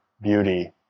beauty